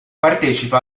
partecipa